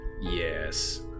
Yes